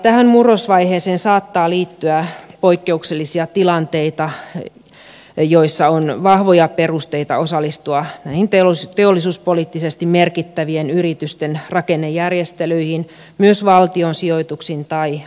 tähän murrosvaiheeseen saattaa liittyä poikkeuksellisia tilanteita joissa on vahvoja perusteita osallistua näihin teollisuuspoliittisesti merkittävien yritysten rakennejärjestelyihin myös valtion sijoituksin tai osakehankinnoin